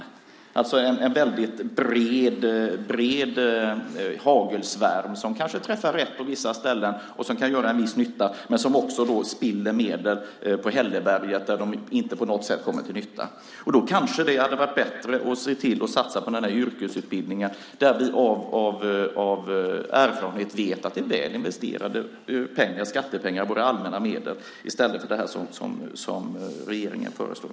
Det är alltså en väldigt bred hagelsvärm som kanske träffar rätt på vissa ställen och som också kan göra en viss nytta men som också spiller medel på hälleberget där de inte på något sätt kommer till nytta. Då hade det kanske varit bättre att satsa på den yrkesutbildning där vi av erfarenhet vet att det är väl investerade skattepengar av våra allmänna medel, i stället för det som regeringen föreslår.